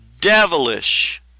devilish